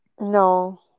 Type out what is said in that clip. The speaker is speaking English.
No